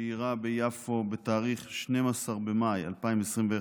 שאירע ביפו ב-12 במאי 2021,